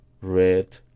red